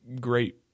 great